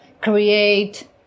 create